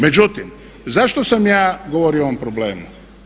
Međutim, zašto sam ja govorio o ovom problemu?